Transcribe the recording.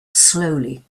slowly